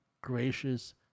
gracious